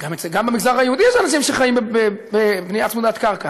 גם במגזר היהודי יש אנשים שחיים בבנייה צמודת קרקע,